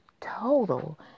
total